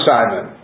Simon